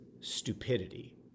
stupidity